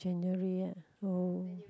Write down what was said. January ah oh